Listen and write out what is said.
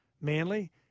Manly